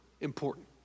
important